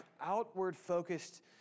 outward-focused